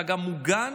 אתה מוגן